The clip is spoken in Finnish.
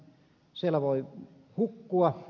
siellä voi hukkua